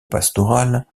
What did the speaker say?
pastorales